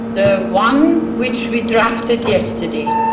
the one which we drafted yesterday.